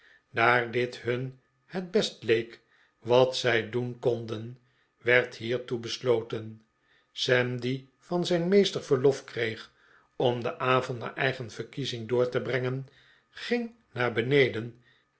daar dit hun het beste leek wat zij doen konden werd hiertoe besloten sam die van zijn meester verlof kreeg om den avond naar eigen verkiezing door te brengen ging naar beneden